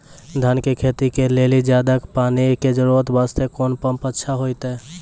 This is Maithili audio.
धान के खेती के लेली ज्यादा पानी के जरूरत वास्ते कोंन पम्प अच्छा होइते?